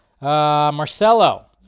Marcelo